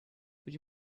would